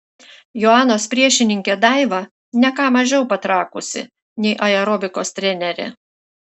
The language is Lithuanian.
joanos priešininkė daiva ne ką mažiau patrakusi nei aerobikos trenerė